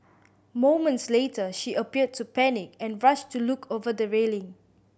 moments later she appeared to panic and rushed to look over the railing